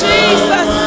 Jesus